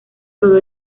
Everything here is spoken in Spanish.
todo